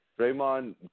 Draymond